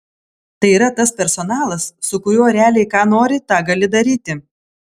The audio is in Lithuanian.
tai yra tas personalas su kuriuo realiai ką nori tą gali daryti